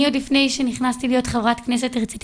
אני עוד לפני שנכנסתי להיות חברת כנסת הרצתי